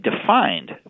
defined